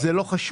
זה לא חשוב.